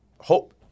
hope